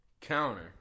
Counter